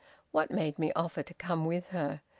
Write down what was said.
what made me offer to come with her?